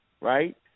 right